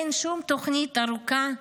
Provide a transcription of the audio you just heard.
אין שום תוכנית ארוכה,